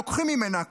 לוקחים ממנה כספים.